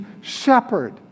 shepherd